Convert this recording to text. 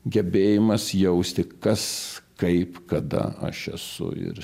gebėjimas jausti kas kaip kada aš esu ir